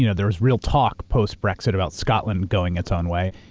you know there was real talk post-brexit about scotland going its own way.